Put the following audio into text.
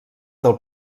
del